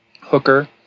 Hooker